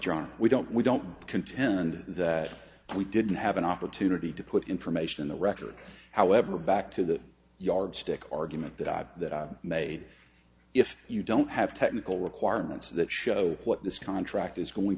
john we don't we don't contend that we didn't have an opportunity to put information in the record however back to the yardstick argument that i've made if you don't have technical requirements that show what this contract is going